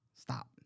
Stop